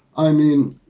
i mean,